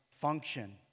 function